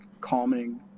calming